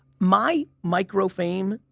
my micro fame,